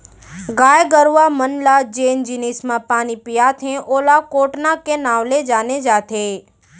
गाय गरूवा मन ल जेन जिनिस म पानी पियाथें ओला कोटना के नांव ले जाने जाथे